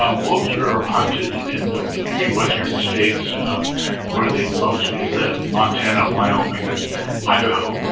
um wolves are hunted in the three western states where they mostly live montana, wyoming, and idaho,